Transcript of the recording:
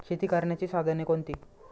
शेती करण्याची साधने कोणती?